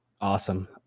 Awesome